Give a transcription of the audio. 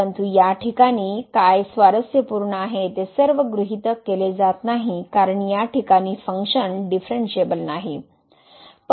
परंतु या ठिकाणी काय स्वारस्यपूर्ण आहे ते सर्व गृहितक केले जात नाही कारण या ठिकाणी फंक्शन डीफरनशिएबल नाही